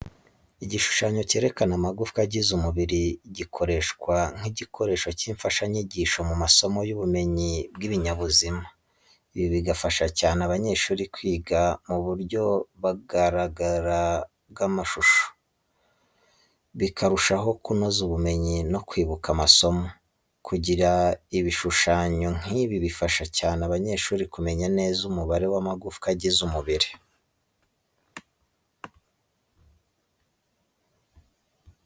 Igishushanyo cyerekana amagufwa agize umubiri gikoreshwa nk’igikoresho cy’imfashanyigisho mu masomo y’ubumenyi bw’ibinyabuzima. Ibi bigafasha cyane abanyeshuri kwiga mu buryo bugaragara bw'amashusho, bikarushaho kunoza ubumenyi no kwibuka amasomo. Kugira ibishushanyo nk’ibi bifasha cyane abanyeshuri kumenya neza umubare w'amagufwa agize umubiri.